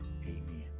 amen